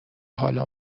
حالا